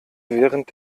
während